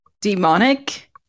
demonic